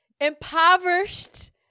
impoverished